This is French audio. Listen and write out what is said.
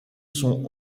sont